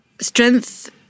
Strength